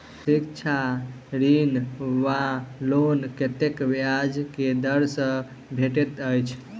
शिक्षा ऋण वा लोन कतेक ब्याज केँ दर सँ भेटैत अछि?